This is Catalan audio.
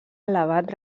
elevat